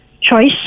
Choice